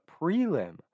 prelim